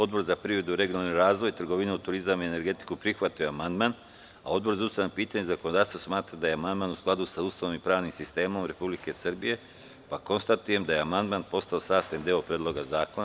Odbor za privredu i regionalni razvoj, trgovinu, turizam i energetiku prihvatio je amandman, a Odbor za ustavna pitanja i zakonodavstvo smatra da je amandman u skladu sa Ustavom i pravnim sistemom Republike Srbije, pa konstatujem da je amandman postao sastavni deo Predloga zakona.